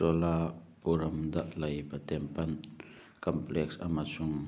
ꯆꯣꯂꯥꯄꯨꯔꯝꯗ ꯂꯩꯕ temple complex ꯑꯃꯁꯨꯡ